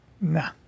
Nah